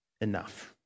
Enough